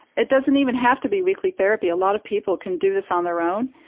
it doesn't even have to be weekly therapy a lot of people can do this on their own.